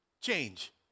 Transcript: Change